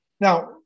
Now